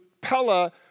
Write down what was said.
Pella